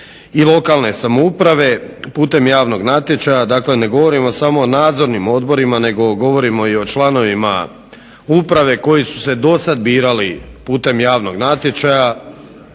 i lokalne samouprave putem javnog natječaja. Dakle ne govorimo samo o nadzornim odborima nego govorimo i o članovima uprave koji su se dosad birali putem javnog natječaja.